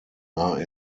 are